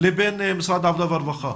לבין משרד העבודה והרווחה.